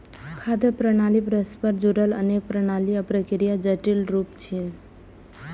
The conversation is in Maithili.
खाद्य प्रणाली परस्पर जुड़ल अनेक प्रणाली आ प्रक्रियाक जटिल रूप छियै